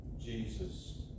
Jesus